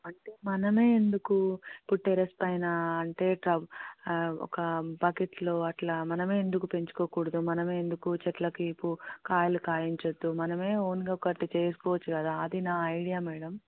అంటే మనమే ఎందుకు ఇప్పుడు టెర్రస్పైన అంటే ఇలా ఒక బకెట్లో అలా మనమే ఎందుకు పెంచుకోకూడదు మనమే ఎందుకు చెట్లకి పూ కాయలు కాయించద్దు మనమే ఓన్గా ఒకటి చేసుకోవచ్చు కదా అది నా ఐడియా మేడం